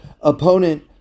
opponent